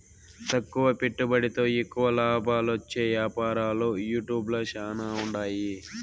తక్కువ పెట్టుబడితో ఎక్కువ లాబాలొచ్చే యాపారాలు యూట్యూబ్ ల శానా ఉండాయి